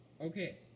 Okay